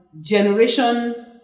Generation